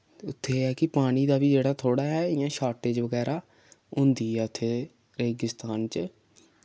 उत्थै ऐ कि पानी दा बी जेह्ड़ा थोह्ड़ा ऐ इ'यां शार्टेज बगैरा होंदी ऐ उत्थे रेगिस्थान च